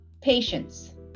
patience